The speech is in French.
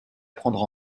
prendre